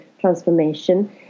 transformation